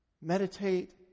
Meditate